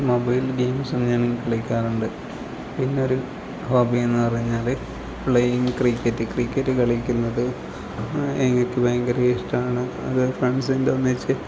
mobile ഗെയിംസും ഞാൻ കളിക്കാറുണ്ട് പിന്നെ ഒരു ഹോബി എന്ന് പറയുന്നത് പ്ലെയിൻ ക്രിക്കറ്റ് ക്രിക്കറ്റ് കളിക്കുന്നത് എനിക്ക് ഭയങ്കര ഇഷ്ടമാണ് അതും ഫ്രണ്ട്സിൻറ്റൊന്നിച്ച്